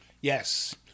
Yes